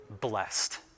blessed